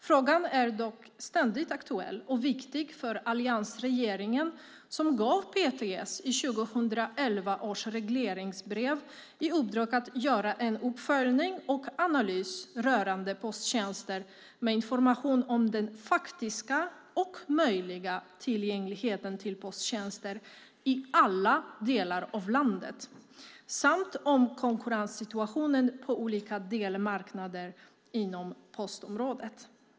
Frågan är dock ständigt aktuell och viktig för alliansregeringen, som i 2011 års regleringsbrev gav PTS i uppdrag att göra en uppföljning och analys rörande posttjänster med information om den faktiska och möjliga tillgängligheten till posttjänster i alla delar av landet samt om konkurrenssituationen på olika delmarknader inom postområdet.